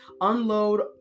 unload